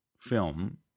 film